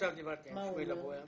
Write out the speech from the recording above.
עכשיו דיברתי עם שמואל אבואב.